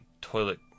toilet